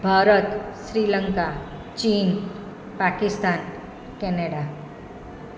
ભારત શ્રીલંકા ચીન પાકિસ્તાન કેનેડા